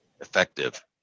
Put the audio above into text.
effective